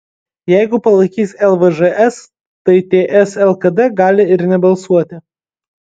jeigu palaikys lvžs tai ts lkd gali ir nebalsuoti